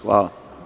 Hvala.